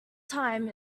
time